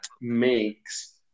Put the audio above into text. makes